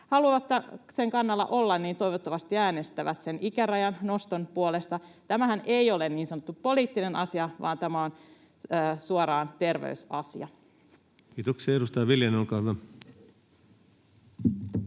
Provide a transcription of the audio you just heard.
haluavat sen kannalla olla, toivottavasti äänestävät sen ikärajan noston puolesta. Tämähän ei ole niin sanottu poliittinen asia, vaan tämä on suoraan terveysasia. [Speech 152] Speaker: Ensimmäinen